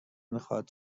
میخواد